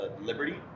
liberty